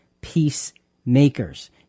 peacemakers